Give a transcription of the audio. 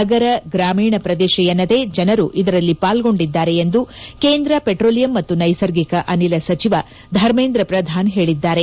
ನಗರ ಗ್ರಾಮೀಣ ಪ್ರದೇಶ ಎನ್ನದೆ ಜನರು ಇದರಲ್ಲಿ ಪಾಲ್ಗೊಂಡಿದ್ದಾರೆ ಎಂದು ಕೇಂದ್ರ ಪೆಟ್ರೋಲಿಯಂ ಮತ್ತು ನೈಸರ್ಗಿಕ ಅನಿಲ ಸಚಿವ ಧರ್ಮೇಂದ್ರ ಪ್ರಧಾನ್ ಹೇಳಿದ್ದಾರೆ